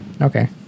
Okay